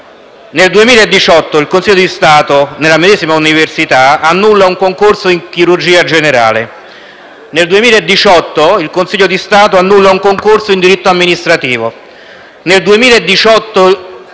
Nel 2018 il Consiglio di Stato, nella medesima università, annulla un concorso in chirurgia generale. Nel 2018 il Consiglio di Stato annulla un concorso in diritto amministrativo. Nel 2018